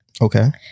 Okay